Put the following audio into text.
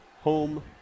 home